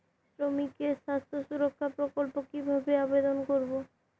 শ্রমিকের স্বাস্থ্য সুরক্ষা প্রকল্প কিভাবে আবেদন করবো?